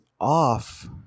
off